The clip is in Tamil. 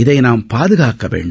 இதை நாம் பாதுகாக்க வேண்டும்